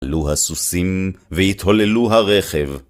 עלו הסוסים והתהוללו הרכב.